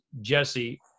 Jesse –